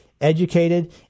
educated